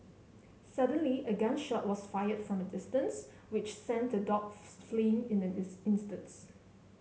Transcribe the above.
suddenly a gun shot was fired from a distance which sent the dogs fleeing in an instant